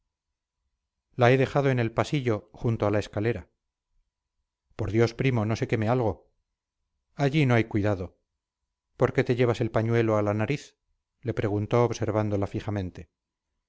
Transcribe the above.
dejado en el pasillo junto a la escalera por dios primo no se queme algo allí no hay cuidado por qué te llevas el pañuelo a la nariz le preguntó observándola fijamente